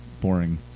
boring